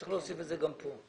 צריך להוסיף את זה גם כאן.